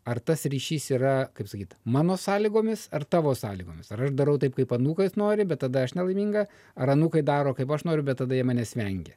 ar tas ryšys yra kaip sakyt mano sąlygomis ar tavo sąlygomis aš darau taip kaip anūkas nori bet tada aš nelaiminga ar anūkai daro kaip aš noriu bet tada jie manęs vengia